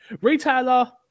Retailer